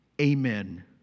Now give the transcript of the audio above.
Amen